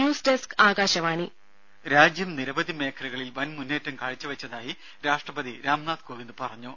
news desk Akashvani ദേഴ രാജ്യം നിരവധി മേഖലകളിൽ വൻ മുന്നേറ്റം കാഴ്ചവെച്ചതായി രാഷ്ട്രപതി രാം നാഥ് കോവിന്ദ് പറഞ്ഞു